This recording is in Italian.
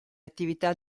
attività